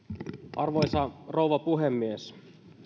arvoisa rouva puhemies